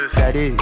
daddy